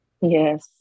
Yes